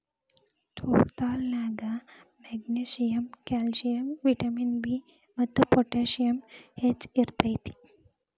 ತೋರ್ ದಾಲ್ ನ್ಯಾಗ magnesium, calcium, vitamin B ಮತ್ತು ಪೊಟ್ಯಾಸಿಯಮ್ ಹೆಚ್ಚ್ ಇರ್ತೇತಿ